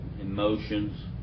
emotions